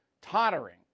tottering